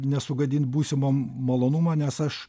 nesugadint būsimo malonumo nes aš